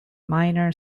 minor